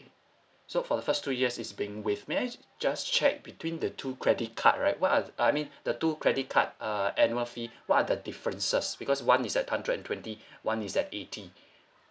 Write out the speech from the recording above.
so for the first two years it's being waived may I just check between the two credit card right what are uh I mean the two credit card uh annual fee what are the differences because one is at hundred and twenty one is at eighty